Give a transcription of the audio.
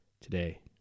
Today